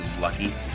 lucky